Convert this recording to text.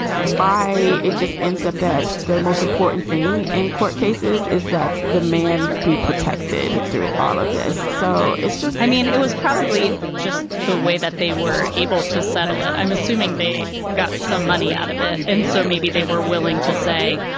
why it just ends up that the most important thing in court cases is that the man be protected through all of this so it's just i mean, it was probably just the way that they were able to settle it. i'm assuming they got some money out of it. and so maybe they were willing to say,